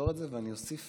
ואני אוסיף